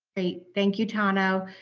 hey, thank you tano.